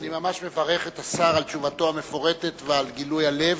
אני מברך את השר על תשובתו המפורטת ועל גילוי הלב.